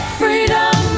freedom